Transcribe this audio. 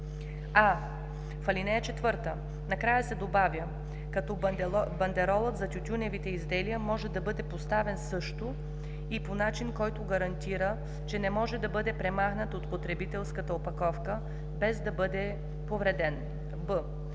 в ал. 4 накрая се добавя „като бандеролът за тютюневите изделия може да бъде поставен също и по начин, който гарантира, че не може да бъде премахнат от потребителската опаковка, без да бъде повреден”;